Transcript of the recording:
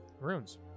runes